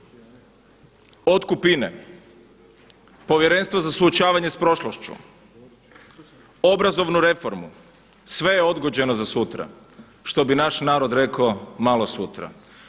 Otkup INA-e, povjerenstvo za suočavanje s prošlošću, obrazovnu reformu, sve je odgođeno za sutra, što bi naš narod reko, malo sutra.